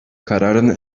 kararın